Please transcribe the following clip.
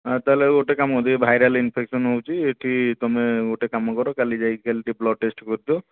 ତା'ହେଲେ ଗୋଟେ କାମ କର ଯଦି ଭାଇରାଲ୍ ଇନିଫେକ୍ସନ୍ ହେଉଛି ଏଠି ତୁମେ ଗୋଟେ କାମ କର କାଲି ଯାଇକି ଟିକିଏ ବ୍ଳଡ଼୍ ଟେଷ୍ଟ୍ କରିଦିଅ